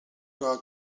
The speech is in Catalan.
coca